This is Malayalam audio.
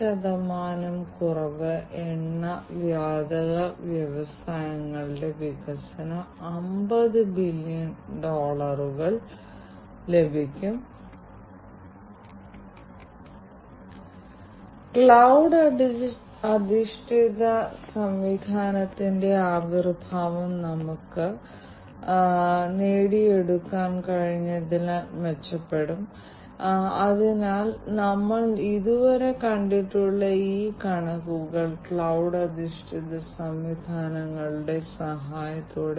സാധാരണ സമയത്തും അടിയന്തര സാഹചര്യങ്ങളിലും ഖനിത്തൊഴിലാളികളെ കണ്ടെത്തുന്നതും നിരീക്ഷിക്കുന്നതും ഖനിയിൽ തീപിടുത്തമുണ്ടായാൽ ഖനിത്തൊഴിലാളികളെ കണ്ടെത്തുന്നതും നിരീക്ഷിക്കുന്നതും വളരെ പ്രധാനപ്പെട്ട ഒരു പ്രശ്നമാണെന്നും ഐഐഒടിക്ക് അത് ചെയ്യാൻ സഹായിക്കാനും കഴിയും